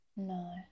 no